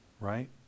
right